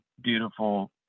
beautiful